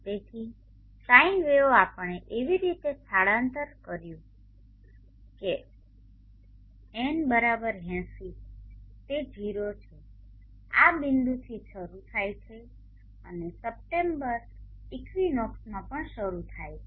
તેથી sine wave આપણે એવી રીતે સ્થળાંતર કર્યું કે એન N 80 તે 0 છે આ બિંદુથી શરૂ થાય છે અને સપ્ટેમ્બર ઇક્વિનોક્સમાં પણ શરૂ થાય છે